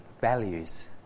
values